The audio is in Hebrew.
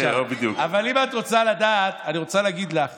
אבל אם את רוצה לדעת, אני רוצה להגיד לך